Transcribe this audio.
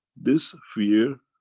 this fear